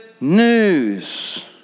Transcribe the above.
news